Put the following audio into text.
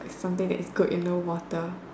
something that is good in the water